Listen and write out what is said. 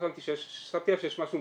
מידיי חודש-חודשיים פונים אליי ממשרד